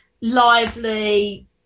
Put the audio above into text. lively